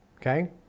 Okay